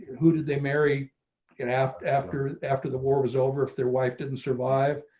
who did they marry and after after after the war was over, if their wife didn't survive.